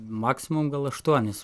maksimum gal aštuonis